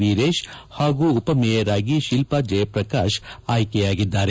ವಿರೇಶ್ ಹಾಗೂ ಉಪಮೇಯರ್ ಆಗಿ ಶಿಲ್ಪಾ ಜಯಪ್ರಕಾಶ್ ಆಯ್ಕೆಯಾಗಿದ್ದಾರೆ